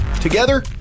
Together